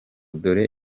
dore